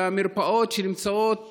במרפאות שנמצאות ביישובים,